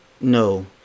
No